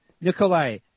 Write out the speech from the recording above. Nikolai